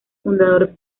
fundador